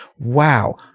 wow.